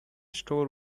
store